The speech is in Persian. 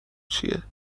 چیه